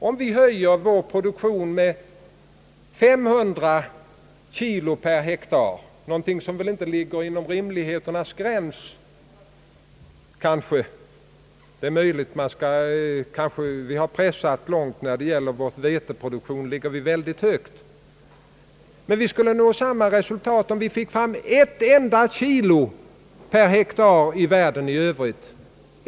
Om vi höjer vår produktion med 500 kilo per hektar — någonting som väl inte ligger inom möjligheternas gräns, ty vi har pressat upp vår veteproduktion mycket högt — skulle vi nå samma resultat som om vi fick fram ett enda kilo mer per hektar i världen i övrigt.